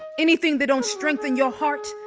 anything that don't strengthen your heart,